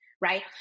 right